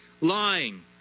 lying